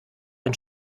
ein